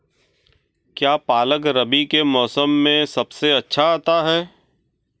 क्या पालक रबी के मौसम में सबसे अच्छा आता है?